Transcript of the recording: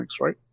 right